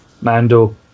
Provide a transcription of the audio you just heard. Mando